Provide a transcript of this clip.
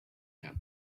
camp